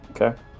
Okay